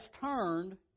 turned